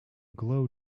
glow